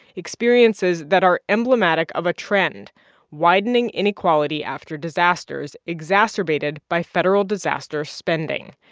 experiences that are emblematic of a trend widening inequality after disasters exacerbated by federal disaster spending.